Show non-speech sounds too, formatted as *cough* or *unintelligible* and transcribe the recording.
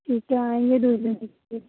*unintelligible* आएँगे *unintelligible*